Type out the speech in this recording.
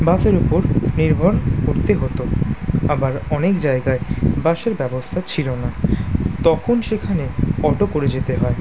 বাসের উপর নির্ভর করতে হতো আবার অনেক জায়গায় বাসের ব্যবস্থা ছিল না তখন সেখানে অটো করে যেতে হয়